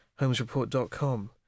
HolmesReport.com